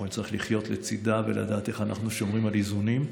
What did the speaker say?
אנחנו נצטרך לחיות לצידה ולדעת איך אנחנו שומרים על איזונים.